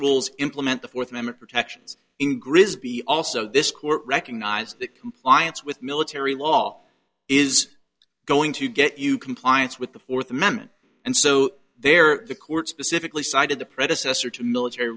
rules implement the fourth amendment protections in grizz be also this court recognized that compliance with military law is going to get you compliance with the fourth amendment and so there the court specifically cited the predecessor to military